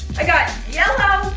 i got yellow,